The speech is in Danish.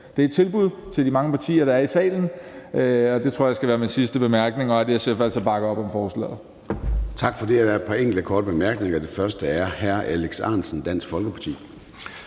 Det er et tilbud til de mange partier, der er i salen, og det tror jeg skal være min sidste bemærkning, og at SF altså bakker op om forslaget.